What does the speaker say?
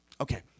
Okay